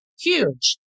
Huge